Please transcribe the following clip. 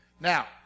Now